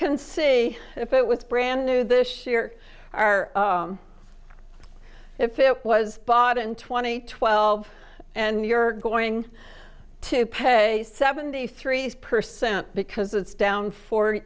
can see if it was brand new this year our if it was bought in twenty twelve and you're going to pay seventy three percent because it's down for